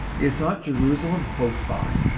is not jerusalem close by?